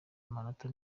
amanota